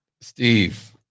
Steve